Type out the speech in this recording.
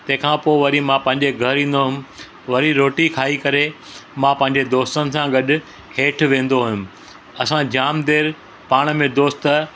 तंहिंखा पोइ वरी मां पंहिंजे घर ईंदो हुयुमि वरी रोटी खाई करे मां पंहिंजे दोस्तनि सां गॾु हेठि वेंदो हुयुमि असां जाम देरि पाण में दोस्त